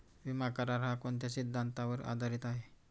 विमा करार, हा कोणत्या सिद्धांतावर आधारीत आहे?